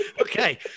okay